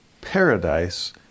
paradise